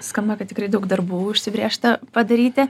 skamba kad tikrai daug darbų užsibrėžta padaryti